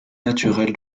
naturel